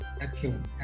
excellent